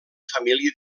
família